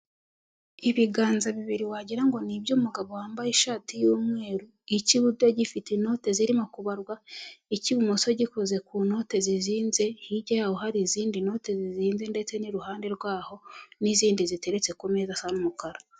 Ibiganza bibiri wagirango ngo ni iby'umugabo wambaye ishati y'umweru, ik'iburyo gifite inote zirimo kubarwa, icy'ibumoso gikoze ku note zizinze, hirya yaho hari izindi note zihinze ndetse n'iruhande rwaho n'izindi ziteretse ku meza asa n' umukara.